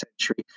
century